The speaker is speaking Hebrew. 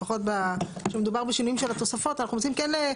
לפחות שמדובר בשינויים של התוספות אנחנו מציעים כן להתייחס.